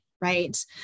Right